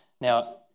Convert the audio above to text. Now